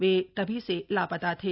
वे तभी से लापता थे